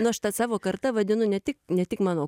nu aš ta savo karta vadinu ne tik ne tik mano